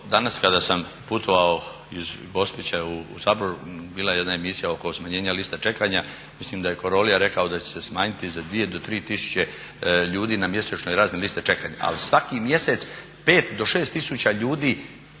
danas kada sam putovao iz Gospića u Sabor bila je jedna emisija oko smanjenja liste čekanja. Mislim da je … rekao da će se smanjiti za 2 do 3 tisuće ljudi na mjesečnoj razini liste čekanja, ali svaki mjesec 5 do 6 tisuća ljudi